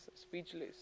speechless